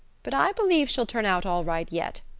but i believe she'll turn out all right yet.